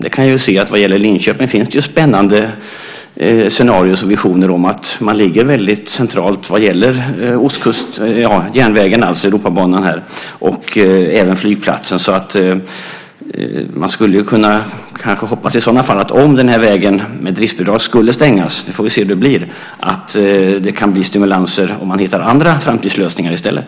När det gäller Linköping finns det ju spännande scenarier och visioner. Det ligger väldigt centralt med Europabanan och flygplatsen. Om den här vägen med driftbidrag skulle stängas - nu får vi se hur det blir - kan man kanske hoppas att det kan bli stimulanser om man hittar andra framtidslösningar i stället.